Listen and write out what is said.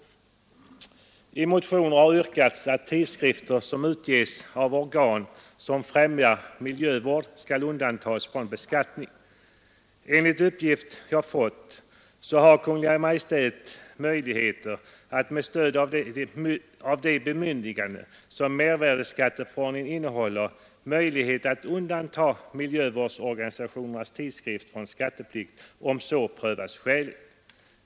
I motioner har yrkats att tidskrifter som utges av organ som främjar miljövård skall undantagas från beskattning. Enligt uppgift jag fått har Kungl. Maj:t med stöd av de bemyndiganden som mervärdeskatteförordningen innehåller möjlighet att undanta miljövårdsorganisationernas tidskrifter från skatteplikt om så prövas skäligt.